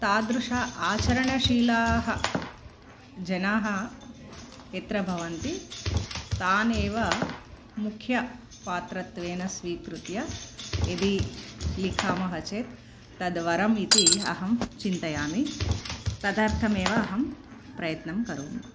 तादृश आचरणशीलाः जनाः यत्र भवन्ति तानेव मुख्यपात्रत्वेन स्वीकृत्य यदि लिखामः चेत् तद्वरम् इति अहं चिन्तयामि तदर्थमेव अहं प्रयत्नं करोमि